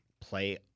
play